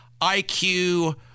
IQ